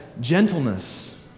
gentleness